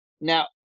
Now